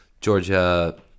Georgia